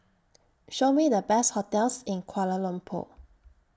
Show Me The Best hotels in Kuala Lumpur